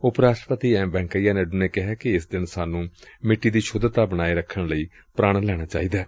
ਉਪ ਰਾਸਟਰਪਤੀ ਐਮ ਵੈਂਕਈਆ ਨਾਇਡੂ ਨੇ ਕਿਹੈ ਕਿ ਏਸ ਦਿਨ ਸਾਨੂੰ ਮਿੱਟੀ ਦੀ ਸੁਧਤਾ ਬਣਾਏ ਰੱਖਣ ਲਈ ਪ੍ਣ ਲੈਣਾ ਚਾਹੀਦੈ